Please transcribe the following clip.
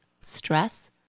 stress